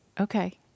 Okay